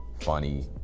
funny